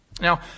Now